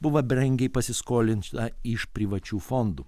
buvo brangiai pasiskolinta iš privačių fondų